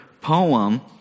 poem